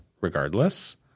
regardless